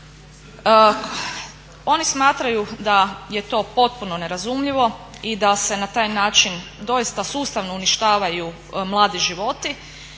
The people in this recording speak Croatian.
Oni smatraju da je to potpuno nerazumljivo i da se na taj način doista sustavno uništavaju mladi životi.